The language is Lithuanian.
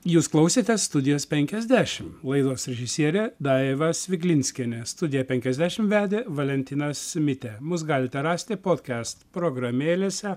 jūs klausėte studijos penkiasdešim laidos režisierė daiva sviglinskienė studiją penkiasdešim vedė valentinas mitė mus galite rasti podkest programėlėse